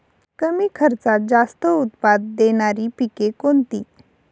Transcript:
कमी खर्चात जास्त उत्पाद देणारी पिके कोणती?